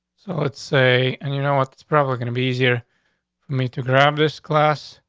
so it's a and you know what? it's probably gonna be easier me to grab this class.